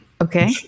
Okay